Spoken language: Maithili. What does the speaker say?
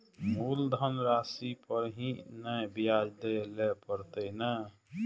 मुलधन राशि पर ही नै ब्याज दै लै परतें ने?